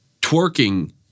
Twerking